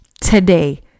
today